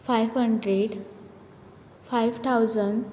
five hundred five thousand